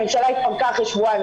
הממשלה התפרקה אחרי שבועיים.